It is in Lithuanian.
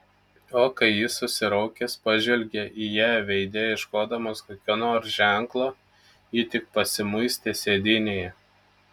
o kai jis susiraukęs pažvelgė į ją veide ieškodamas kokio nors ženklo ji tik pasimuistė sėdynėje